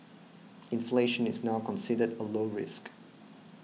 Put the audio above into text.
inflation is now considered a low risk